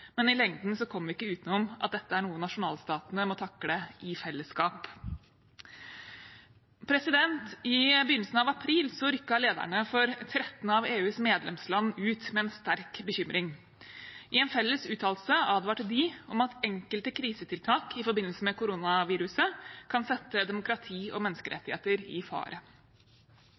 men i lengden kommer vi ikke utenom at dette er noe nasjonalstatene må takle i fellesskap. I begynnelsen av april rykket lederne for 13 av EUs medlemsland ut med en sterk bekymring. I en felles uttalelse advarte de om at enkelte krisetiltak i forbindelse med koronaviruset kan sette demokrati og menneskerettigheter i fare.